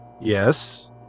Yes